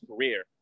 career